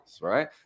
right